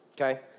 okay